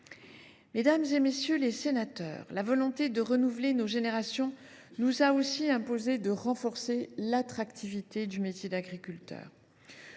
Mesdames, messieurs les sénateurs, la volonté de renouveler les générations nous a aussi imposé de renforcer l’attractivité du métier d’agriculteur.